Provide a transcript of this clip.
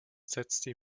setzte